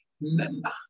member